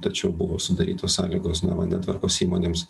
tačiau buvo sudarytos sąlygos na vandentvarkos įmonėms